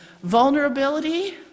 vulnerability